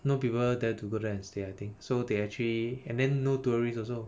no people dare to go there and stay I think so they actually and then no tourist also